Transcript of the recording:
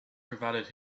provided